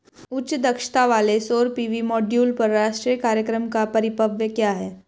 उच्च दक्षता वाले सौर पी.वी मॉड्यूल पर राष्ट्रीय कार्यक्रम का परिव्यय क्या है?